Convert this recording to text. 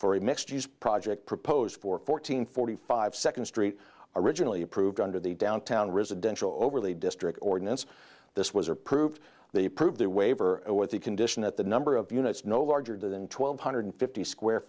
use project proposed for fourteen forty five second street originally approved under the downtown residential overlay district ordinance this was approved they approve their waiver what the condition at the number of units no larger than twelve hundred fifty square